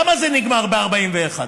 למה זה נגמר ב-41?